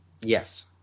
Yes